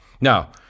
Now